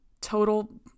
total